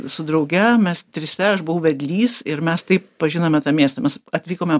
su drauge mes trise aš buvau vedlys ir mes taip pažinome tą miestą mes atvykome